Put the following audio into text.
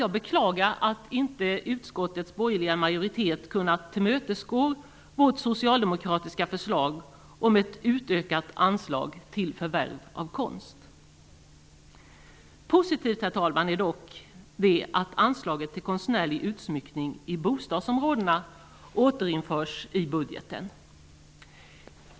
Jag beklagar att inte utskottets borgerliga majoritet kunnat tillmötesgå vårt socialdemokratiska förslag om ett utökat anslag till förvärv av konst. Positivt, herr talman, är dock att anslaget till konstnärlig utsmyckning i bostadsområdena återinförs i budgeten.